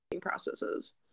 processes